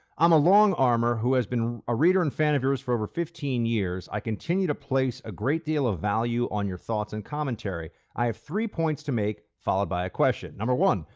i'm a long-armer who has been a reader and fan of yours for over fifteen years. i continue to place a great deal of value on your thoughts and commentary. i have three points to make followed by a question. number one,